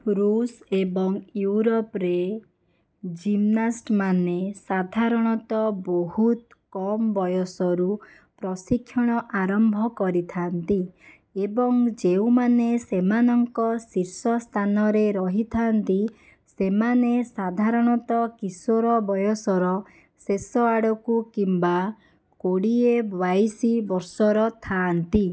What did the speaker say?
ଋଷ ଏବଂ ୟୁରୋପରେ ଜିମ୍ନାଷ୍ଟମାନେ ସାଧାରଣତ ବହୁତ କମ୍ ବୟସରୁ ପ୍ରଶିକ୍ଷଣ ଆରମ୍ଭ କରିଥାନ୍ତି ଏବଂ ଯେଉଁମାନେ ସେମାନଙ୍କ ଶୀର୍ଷ ସ୍ଥାନରେ ରହିଥାନ୍ତି ସେମାନେ ସାଧାରଣତ କିଶୋର ବୟସର ଶେଷ ଆଡ଼କୁ କିମ୍ବା କୋଡ଼ିଏ ବାଇଶି ବର୍ଷର ଥାଆନ୍ତି